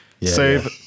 save